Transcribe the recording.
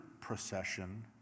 procession